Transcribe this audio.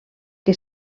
que